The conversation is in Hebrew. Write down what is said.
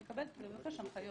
זה לא הוגן כשאת